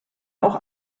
auch